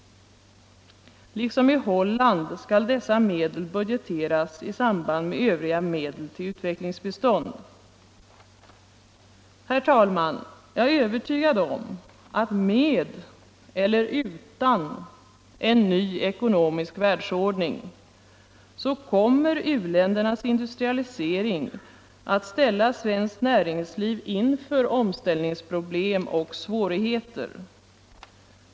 Liksom i Holland skall dessa medel budgeteras i samband med övriga medel till utvecklingsbistånd. Herr talman! Jag är övertygad om att med eller utan en ny ekonomisk världsordning så kommer u-ländernas industrialisering att ställa svenskt näringsliv inför omställningsproblem och svårigheter.